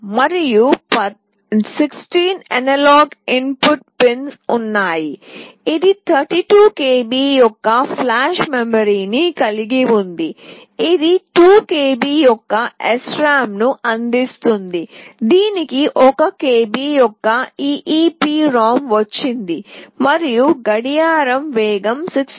మరియు 16 analog input pin ఉన్నాయి ఇది 32 KB యొక్క ఫ్లాష్ మెమరీని కలిగి ఉంది ఇది 2 KB యొక్క SRAM ను అందిస్తుంది దీనికి 1 KB యొక్క EEPROM వచ్చింది మరియు గడియార వేగం 16 MHz